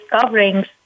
coverings